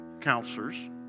counselors